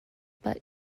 but